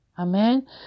Amen